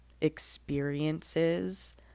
experiences